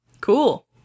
Cool